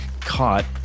caught